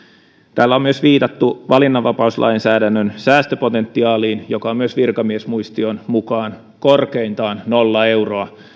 täällä on myös viitattu valinnanvapauslainsäädännön säästöpotentiaaliin joka myös on virkamiesmuistion mukaan korkeintaan nolla euroa